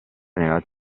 teneva